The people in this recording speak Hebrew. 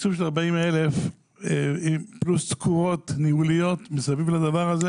התקצוב של 40,000 פלוס תקורות ניהוליות מסביב לדבר הזה